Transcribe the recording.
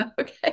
Okay